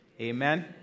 Amen